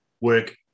work